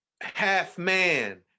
half-man